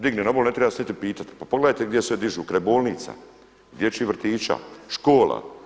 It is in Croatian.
Digne na obali, ne treba se niti pitati, pa pa pogledajte gdje sve dižu, kraj bolnica, dječjih vrtića, škola.